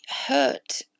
hurt